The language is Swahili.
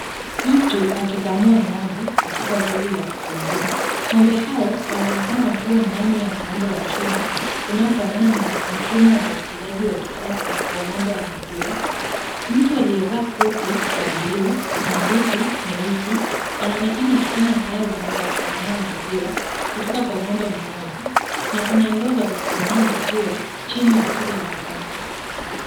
Mtu akikamua ng'ombe katika zizi la kufugia. Ng'ombe hao wanaonekana wakiwa ndani ya muundo wa chuma unaofanana na mfumo wa ufugaji wa kisasa wa ng'ombe wa maziwa. Mtu aliyevaa koti la blue na buti nyeusi anaonekana akifanya kazi ya kukamua maziwa kutoka kwa ng'ombe mmoja na kuna ndoo za kukusanyia maziwa chini ya kila ng'ombe.